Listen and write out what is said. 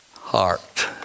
heart